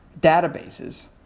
databases